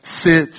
sits